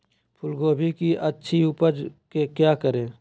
फूलगोभी की अच्छी उपज के क्या करे?